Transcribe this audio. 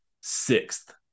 sixth